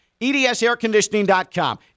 EDSAirConditioning.com